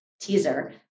teaser